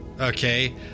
okay